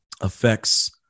affects